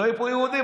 לא יהיו פה יהודים,